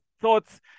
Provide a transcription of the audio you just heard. thoughts